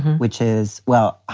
which is. well,